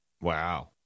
Wow